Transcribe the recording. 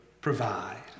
provide